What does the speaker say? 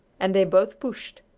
and they both pushed.